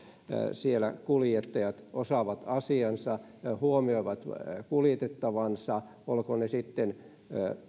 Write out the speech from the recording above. siellä kuljettajat osaavat asiansa huomioivat kuljetettavansa olkoot he sitten